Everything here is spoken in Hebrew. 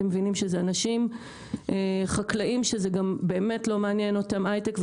מבינים שאלה אנשים חקלאים שלא מעניין אותם הייטק.